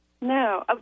No